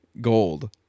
gold